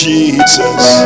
Jesus